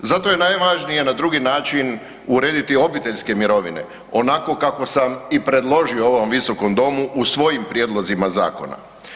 Zato je najvažnije na drugi način urediti obiteljske mirovine onako kako sam i predložio u ovom Visokom domu u svojim prijedlozima zakona.